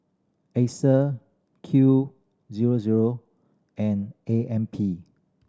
Acer Q zero zero and A M P